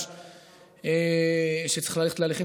סליחה,